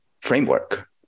framework